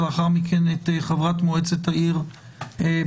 ולאחר מכן את חברת מועצת העיר ברמלה,